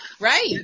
Right